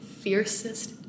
fiercest